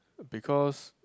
because